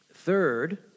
Third